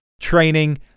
training